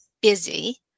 busy